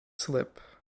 slip